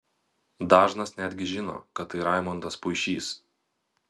dažnas netgi žino kad tai raimondas puišys